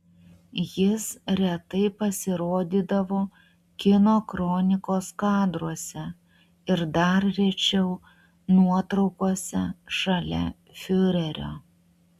jis retai pasirodydavo kino kronikos kadruose ir dar rečiau nuotraukose šalia fiurerio